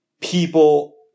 people